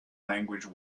language